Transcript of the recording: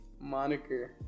moniker